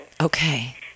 Okay